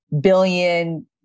billion